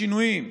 לשינויים,